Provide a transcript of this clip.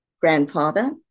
grandfather